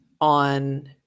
on